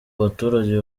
baturage